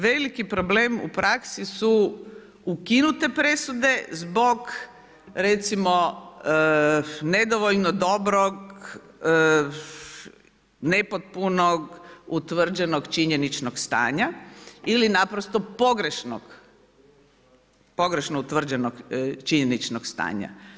Veliki problem u praksi su ukinute presude zbog recimo nedovoljnog dobro nepotpunog utvrđenog činjeničnog stanja ili naprosto pogrešnog utvrđenog činjeničnog stanja.